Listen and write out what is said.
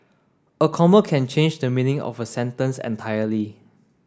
a comma can change the meaning of a sentence entirely